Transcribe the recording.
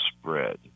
spread